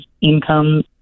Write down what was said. income